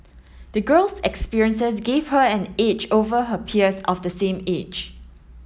the girl's experiences gave her an edge over her peers of the same age